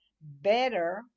better